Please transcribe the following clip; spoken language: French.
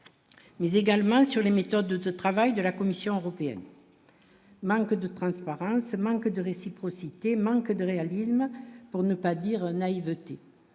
mais également sur les méthodes de travail de la Commission européenne. Manque de transparence, manque de réciprocité, manque de réalisme pour ne pas dire naïveté